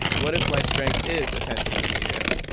what if my strength is attention to detail?